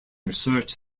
research